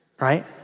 Right